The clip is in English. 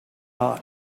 not